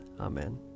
Amen